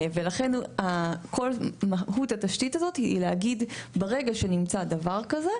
לכן כל מהות התשתית הזאת היא להגיד שברגע שנמצא דבר כזה,